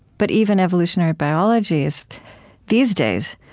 but even evolutionary biology is these days,